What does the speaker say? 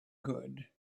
good